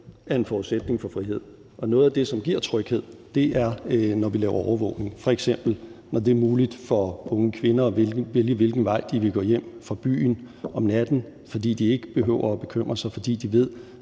er en forudsætning for frihed. Og noget af det, som giver tryghed, er, når vi laver overvågning, f.eks. når det er muligt for unge kvinder at vælge, hvilken vej de vil gå hjem fra byen om natten, fordi de ikke behøver at bekymre sig, fordi de ved,